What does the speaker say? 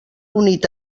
unit